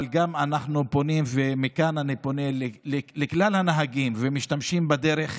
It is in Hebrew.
אבל מכאן אני פונה לכלל הנהגים והמשתמשים בדרך: